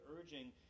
urging